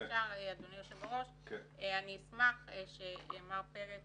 אני אשמח שמר פרץ